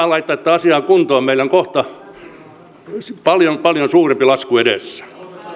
laittaa tätä asiaa kuntoon meillä on kohta paljon paljon suurempi lasku edessä